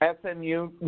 SMU